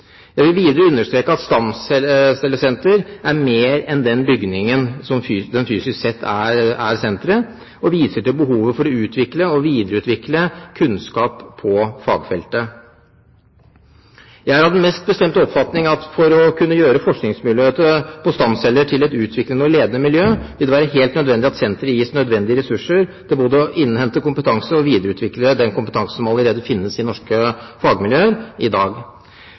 Jeg vil videre understreke at et stamcellesenter er mer enn den bygningen som fysisk sett er senteret, og viser til behovet for å utvikle og videreutvikle kunnskap på fagfeltet. Jeg er av den bestemte oppfatning at for å kunne gjøre forskningsmiljøet på stamceller til et utviklende og ledende miljø, vil det være helt nødvendig at senteret gis nødvendige ressurser til både å innhente kompetanse og videreutvikle den kompetansen som allerede finnes i norske fagmiljøer i dag.